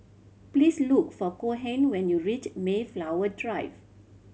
please look for Cohen when you reach Mayflower Drive